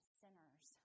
sinners